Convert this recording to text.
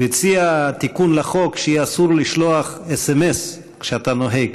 הוא הציע תיקון לחוק שיהיה אסור לשלוח סמ"סים כשאתה נוהג.